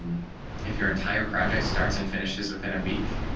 if your entire project starts and finishes within a week.